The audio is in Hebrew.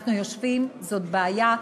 אנחנו יושבים, זאת בעיה,